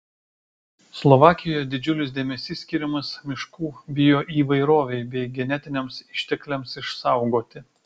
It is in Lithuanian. slovakijoje didžiulis dėmesys skiriamas miškų bioįvairovei bei genetiniams ištekliams išsaugoti